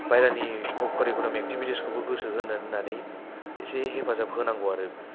बाहेरानि क' कारिकुलाम एक्टिभितिसखौबो गोसो होनो होन्नानै इसे हेफाजाब होनांगौ आरो